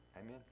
Amen